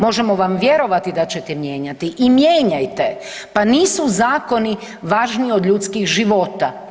Možemo vam vjerovati da ćete mijenjati i mijenjajte, pa nisu zakoni važniji od ljudskih života.